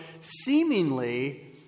seemingly